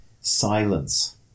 silence